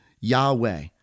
Yahweh